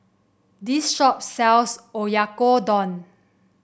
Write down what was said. this shop sells Oyakodon